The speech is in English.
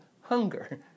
hunger